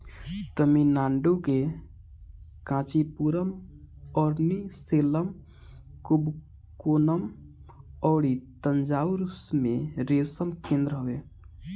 तमिलनाडु के कांचीपुरम, अरनी, सेलम, कुबकोणम अउरी तंजाउर में रेशम केंद्र हवे